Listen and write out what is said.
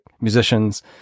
musicians